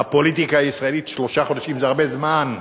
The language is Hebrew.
בפוליטיקה הישראלית שלושה חודשים זה הרבה זמן,